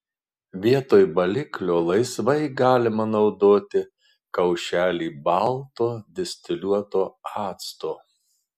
vietoj baliklio laisvai galima naudoti kaušelį balto distiliuoto acto